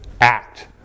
act